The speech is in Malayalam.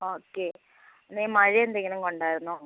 ഓക്കെ നീ മഴ എന്തെങ്കിലും കൊണ്ടായിരുന്നോ